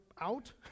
out